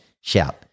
shout